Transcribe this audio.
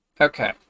Okay